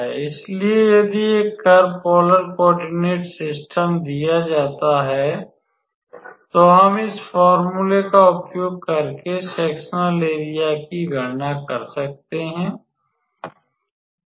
इसलिए यदि एक कर्व पोलर कॉओर्डिनेट सिस्टम दिया जाता है तो हम इस फोर्मूले का उपयोग करके सेक्सनल एरियाकी गणना कर सकते हैं